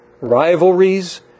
rivalries